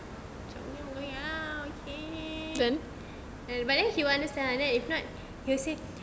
okay but then he will understand lah if not he will say